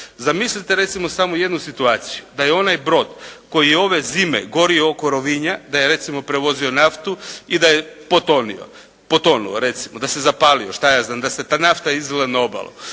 Zamislite recimo samo jednu situaciju da je onaj brod koji je ove zime gorio oko Rovinja da je recimo prevozio naftu i da je potonio, potonuo recimo. Da se zapalio šta ja znam, da se ta nafta izlila na obalu.